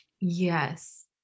yes